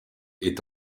est